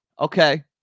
okay